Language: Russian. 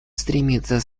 стремится